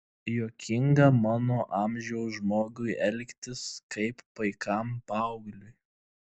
juokinga mano amžiaus žmogui elgtis kaip paikam paaugliui